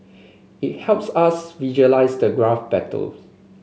it helps us visualise the graph battle